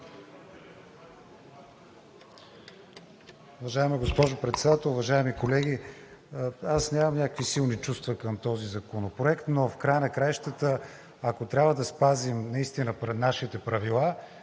Уважаема госпожо Председател, уважаеми колеги! Аз нямам някакви силни чувства към този законопроект, но ако трябва да спазим наистина нашите Правила,